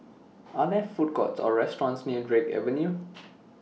Are There Food Courts Or restaurants near Drake Avenue